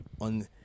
on